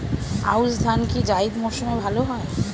আউশ ধান কি জায়িদ মরসুমে ভালো হয়?